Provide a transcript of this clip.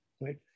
right